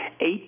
Eight